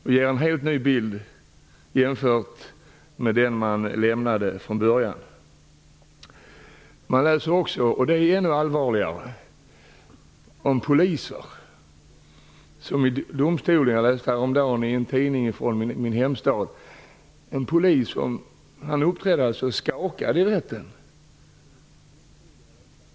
De ger en helt annan bild än den som de först lämnade. Det är ännu allvarligare att detta också gäller poliser. Jag läste häromdagen i en tidning från min hemstad om en polis som uppträdde skakad i rätten.